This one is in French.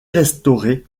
restauré